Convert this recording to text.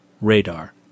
radar